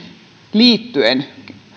liittyen